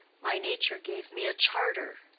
my nature gave me a charter.